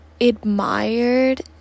admired